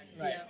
Right